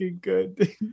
good